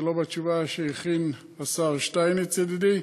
זה לא בתשובה שהכין השר שטייניץ ידידי,